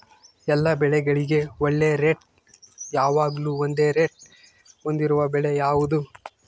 ಎಲ್ಲ ಬೆಳೆಗಳಿಗೆ ಒಳ್ಳೆ ರೇಟ್ ಯಾವಾಗ್ಲೂ ಒಂದೇ ರೇಟ್ ಹೊಂದಿರುವ ಬೆಳೆ ಯಾವುದು?